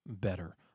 better